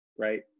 Right